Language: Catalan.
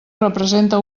representa